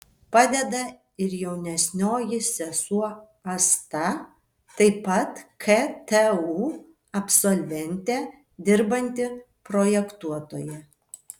padeda ir jaunesnioji sesuo asta taip pat ktu absolventė dirbanti projektuotoja